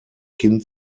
kind